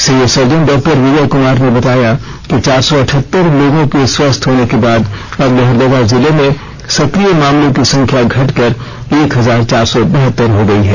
civil surgeon doctor Vijay Kumar ने बताया कि चार सौ अटठहत्तर लोगों के स्वस्थ होने के बाद अब लोहरदगा जिले में संकीय मामलों की संख्या घटकर एक हजार चार सौ बहत्तर हो गई है